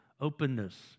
openness